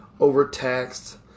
overtaxed